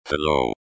Hello